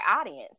audience